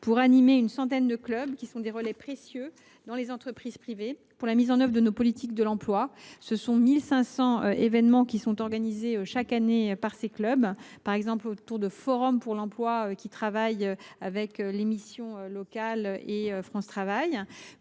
pour animer une centaine de clubs, qui sont des relais précieux dans les entreprises privées pour la mise en œuvre de nos politiques de l’emploi. Ainsi, 1 500 événements sont organisés chaque année par ces clubs, par exemple des forums pour l’emploi, en lien avec les missions locales et avec France Travail.